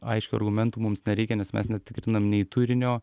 aiškių argumentų mums nereikia nes mes netikrinam nei turinio